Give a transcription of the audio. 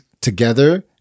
together